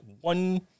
one